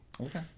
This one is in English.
Okay